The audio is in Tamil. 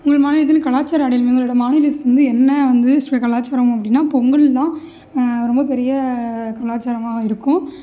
உங்கள் மாநிலத்தில் கலாச்சார அடையாளமாக உங்களுடைய மாநிலத்தில் வந்து என்ன வந்து சு கலாச்சாரம் அப்படினா பொங்கல் தான் ரொம்ப பெரிய கலாச்சாரமாக இருக்கும்